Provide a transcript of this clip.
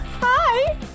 Hi